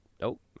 nope